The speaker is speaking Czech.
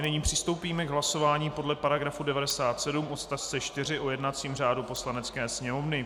Nyní přistoupíme k hlasování podle § 97 odst. 4 o jednacím řádu Poslanecké sněmovny.